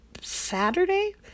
Saturday